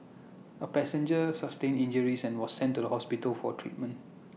A passenger sustained injuries and was sent to the hospital for treatment